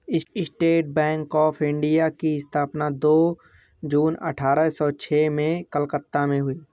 state Bank of India की स्थापना दो जून अठारह सो छह में कलकत्ता में हुई